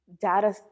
data